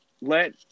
Let